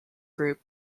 group